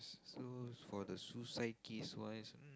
so for the suicide case wise